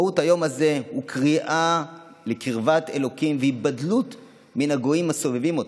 מהות היום הזה היא קריאה לקרבת אלוקים והיבדלות מן הגויים הסובבים אותם,